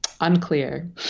Unclear